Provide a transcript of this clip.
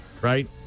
Right